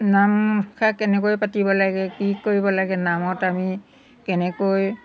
নামষাৰ কেনেকৈ পাতিব লাগে কি কৰিব লাগে নামত আমি কেনেকৈ